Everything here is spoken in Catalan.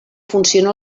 funciona